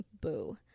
Boo